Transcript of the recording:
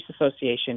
association